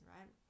Right